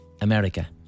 America